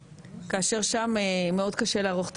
כאשר שם מאוד קשה לערוך תחזיות,